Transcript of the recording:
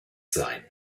sein